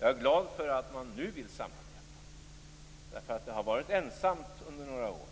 Jag är glad för att man nu vill samarbeta. Det har varit ensamt under några år.